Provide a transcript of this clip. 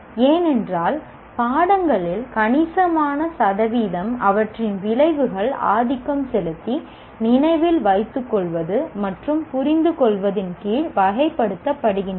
ஏனென்றால் பாடங்களில் கணிசமான சதவீதம் அவற்றின் விளைவுகள் ஆதிக்கம் செலுத்திநினைவில் வைத்துக்கொள்வது மற்றும் புரிந்து கொள்வதின் கீழ் வகைப்படுகின்றன